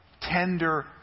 tender